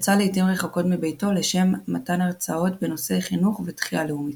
יצא לעיתים רחוקות מביתו לשם מתן הרצאות בנושאי חינוך ותחייה לאומית.